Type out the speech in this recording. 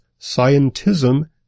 Scientism